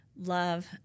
love